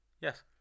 Yes